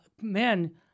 men